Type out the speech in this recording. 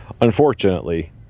unfortunately